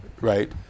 Right